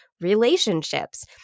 relationships